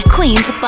Queen's